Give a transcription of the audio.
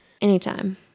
anytime